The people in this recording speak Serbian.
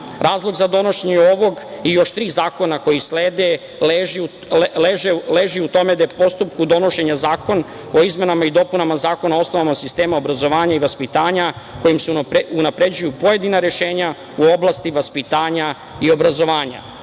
Razlog za donošenje ovog i još tri zakona koji slede leži u tome da je u postupku donošenja zakona o izmenama i dopunama Zakona o osnovama sistema obrazovanja i vaspitanja, kojim se unapređuju pojedina rešenja u oblasti vaspitanja i obrazovanja. Recimo,